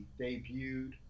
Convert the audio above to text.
debuted